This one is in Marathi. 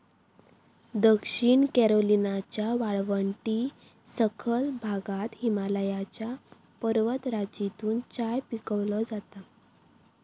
दक्षिण कॅरोलिनाच्या वाळवंटी सखल भागात हिमालयाच्या पर्वतराजीतून चाय पिकवलो जाता